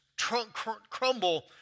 crumble